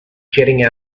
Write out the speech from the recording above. jetting